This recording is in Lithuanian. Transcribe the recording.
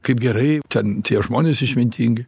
kaip gerai ten tie žmonės išmintingi